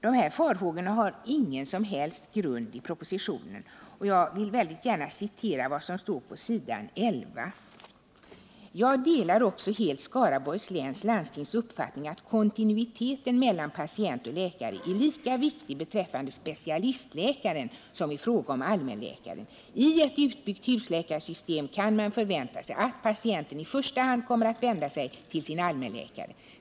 De här farhågorna har ingen som helst grund i propositionen, och jag vill väldigt gärna citera vad som står på s. 11: ”Jag delar också helt bl.a. Skaraborgs läns landstings uppfattning att kontinuiteten mellan patient och läkare är lika viktig beträffande specialistläkaren som i fråga om allmänläkaren. I ett utbyggt husläkarsystem kan man förvänta sig att patienten i första hand kommer att vända sig till sin allmänläkare.